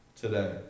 today